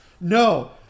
No